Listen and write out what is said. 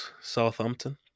Southampton